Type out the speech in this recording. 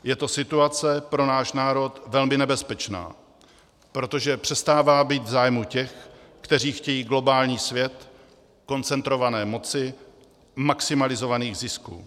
Je to situace pro náš národ velmi nebezpečná, protože přestává být v zájmu těch, kteří chtějí globální svět koncentrované moci, maximalizovaných zisků.